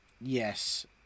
Yes